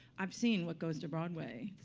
i've seen what goes to broadway.